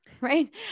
right